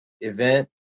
event